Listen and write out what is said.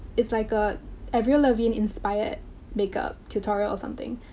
it's like a avril lavigne-inspired makeup tutorial or something.